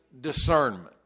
discernment